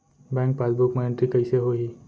Bank passbook मा entry कइसे होही?